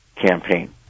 campaign